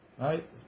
Right